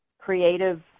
creative